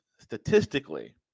statistically